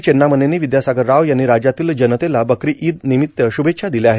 चेव्नामनेनी विद्यासागर राव यांनी राज्यातील जनतेला बकरी ईद निमित्त शुभेच्छा दिल्या आहेत